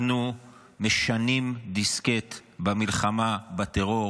אנחנו משנים דיסקט במלחמה בטרור,